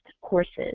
courses